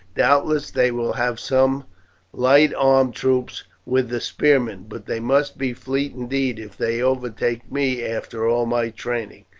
doubtless they will have some light armed troops with the spearmen but they must be fleet indeed if they overtake me after all my training.